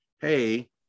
Hey